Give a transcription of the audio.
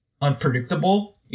unpredictable